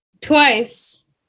twice